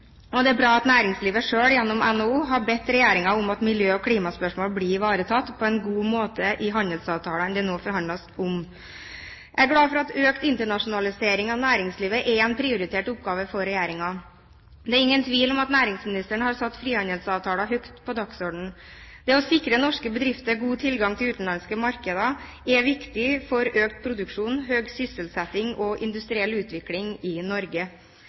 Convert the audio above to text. Det er bra at næringslivet selv gjennom NHO har bedt regjeringen om at miljø- og klimaspørsmål blir ivaretatt på en god måte i handelsavtalene det nå forhandles om. Jeg er glad for at økt internasjonalisering av næringslivet er en prioritert oppgave for regjeringen. Det er ingen tvil om at næringsministeren har satt frihandelsavtalen høyt på dagsordenen. Det å sikre norske bedrifter god tilgang til utenlandske markeder er viktig for økt produksjon, høy sysselsetting og industriell utvikling i Norge.